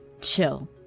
Chill